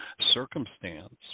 circumstance